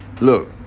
Look